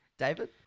David